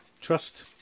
trust